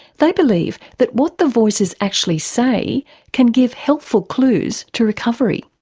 they believe that what the voices actually say can give helpful clues to recovery.